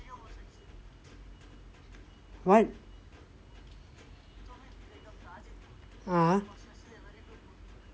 what ah !huh!